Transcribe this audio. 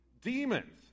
demons